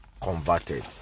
converted